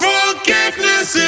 Forgiveness